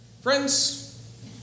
Friends